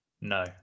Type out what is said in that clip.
No